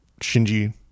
Shinji